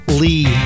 lee